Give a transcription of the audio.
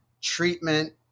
treatment